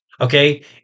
Okay